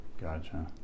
gotcha